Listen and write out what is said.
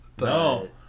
No